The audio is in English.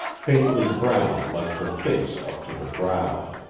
faintly brown like her face up to the brow.